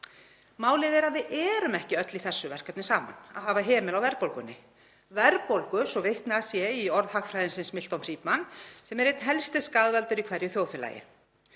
Málið er að við erum ekki öll í þessu verkefni saman að hafa hemil á verðbólgunni sem er, svo vitnað sé í orð hagfræðingsins Miltons Friedmans, einn helsti skaðvaldur í hverju þjóðfélagi.